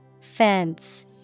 Fence